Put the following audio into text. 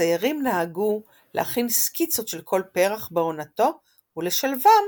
הציירים נהגו להכין סקיצות של כל פרח בעונתו ולשלבם